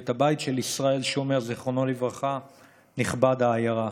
ואת הבית של ישראל שומר, נכבד העיירה.